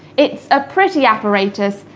it's a pretty apparatus,